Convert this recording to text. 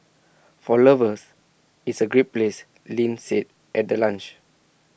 for lovers it's A great place Lin said at the launch